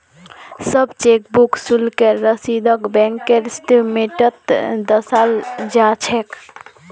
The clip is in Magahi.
सब चेकबुक शुल्केर रसीदक बैंकेर स्टेटमेन्टत दर्शाल जा छेक